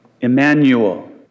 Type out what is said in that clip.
Emmanuel